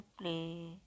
play